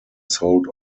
sold